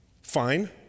Fine